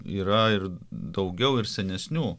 yra ir daugiau ir senesnių